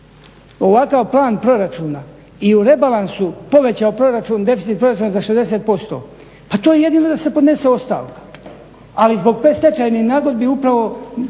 ovakav plan proračuna i u rebalansu povećao proračun deficit proračuna za 60% pa to je jedino da se podnese ostavka. Ali zbog predstečajnih nagodbi upravo